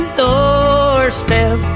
doorstep